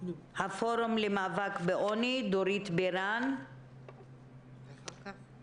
דורית בירן, הפורום למאבק בעוני, בבקשה.